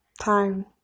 time